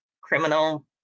criminal